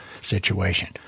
situation